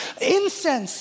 incense